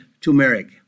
turmeric